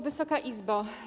Wysoka Izbo!